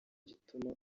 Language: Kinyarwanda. igituma